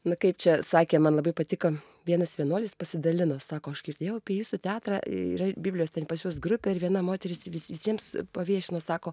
na kaip čia sakė man labai patiko vienas vienuolis pasidalino sako aš girdėjau apie jūsų teatrą yra biblijos ten pas jus grupė ir viena moteris vis visiems paviešino sako